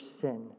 sin